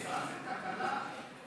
זה תקנה.